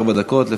ארבע דקות,